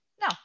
No